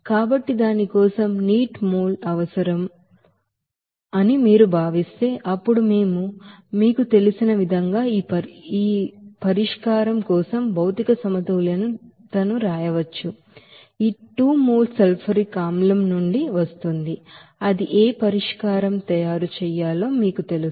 కాబట్టి దాని కోసం నీటి మోల్ అవసరమని మీరు భావిస్తే అప్పుడు మేము మీకు తెలుసు ఈ పరిష్కారం కోసం ಮೆಟೀರಿಯಲ್ ಬ್ಯಾಲೆನ್ಸ್ ను వ్రాయవచ్చు ఈ 2 మోల్ సల్ఫ్యూరిక్ ಆಸಿಡ್ నుండి వస్తుంది అది ఏ పరిష్కారం తయారు చేయాలో మీకు తెలుసు